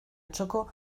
txoko